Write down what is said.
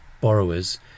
borrowers